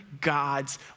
God's